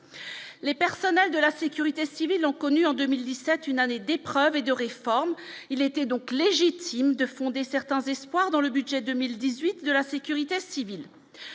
les personnels de la Sécurité civile ont connu en 2017 une année d'épreuves et de réformes, il était donc légitime de fonder certains espoirs dans le budget 2018 de la sécurité civile,